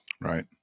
right